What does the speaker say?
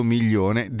Milione